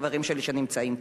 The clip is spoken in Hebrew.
חברים שלי שנמצאים פה.